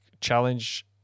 challenge